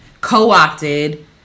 co-opted